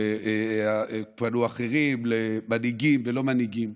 ופנו אחרים למנהיגים ולא מנהיגים.